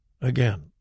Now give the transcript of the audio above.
Again